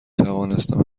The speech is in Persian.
توانستم